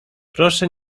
proszę